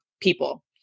people